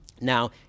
Now